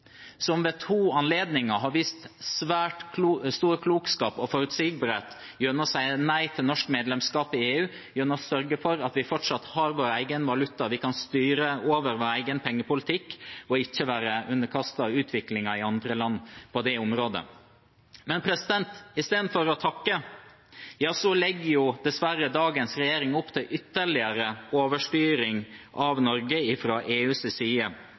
som ved to anledninger har vist svært stor klokskap og forutsigbarhet gjennom å si nei til norsk medlemskap i EU, gjennom å sørge for at vi fortsatt har vår egen valuta, at vi kan styre over vår egen pengepolitikk og ikke være underkastet utviklingen i andre land på det området. I stedet for å takke legger dessverre dagens regjering opp til ytterligere overstyring av Norge fra EUs side.